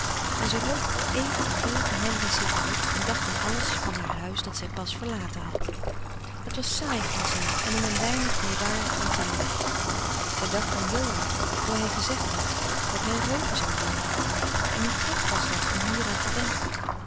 en ze rook even den geur van henri's sigaret en dacht aan alles van haar huis dat zij pas verlaten had het was saai vond zij en om een weinig meewarig om te lachen zij dacht aan johan hoe hij gezegd had dat hij rooken zou leeren en hoe gek was dat om hier aan te denken